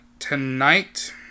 tonight